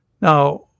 Now